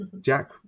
Jack